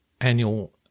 annual